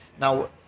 now